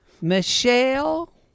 Michelle